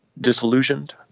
disillusioned